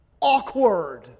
Awkward